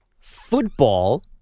football